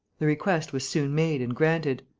the request was soon made and granted.